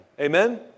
Amen